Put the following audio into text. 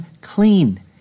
clean